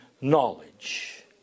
knowledge